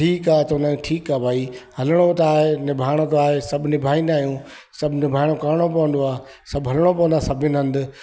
ठीकु आहे चवंदा आहियूं ठीकु आहे भई हलिणो त आहे निभाइणो त आहे सभु निभाईंदा आहियूं सभु निभाइणो करिणो पवंदो आहे सभु हलिणो पवंदो आजे सभिनि हंधि